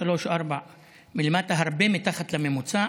שלוש-ארבע מלמטה, הרבה מתחת לממוצע,